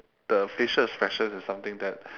the facial expression is something that